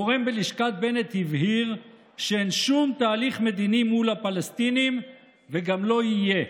גורם בלשכת בנט הבהיר שאין שום תהליך מדיני מול הפלסטינים וגם לא יהיה.